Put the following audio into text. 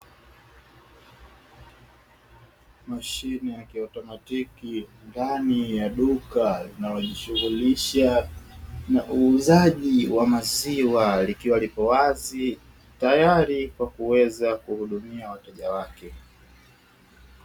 Mashine ya kiautomatiki ndani ya duka linalojishughulisha na uuzaji wa maziwa, likiwa liko wazi tayari kwa kuweza kuhudumia wateja wake.